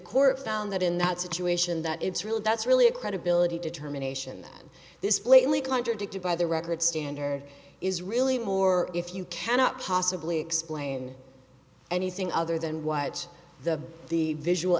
court found that in that situation that it's really that's really a credibility determination that this plainly kleiner dicta by the record standard is really more if you cannot possibly explain anything other than what the the visual